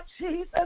Jesus